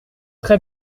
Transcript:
très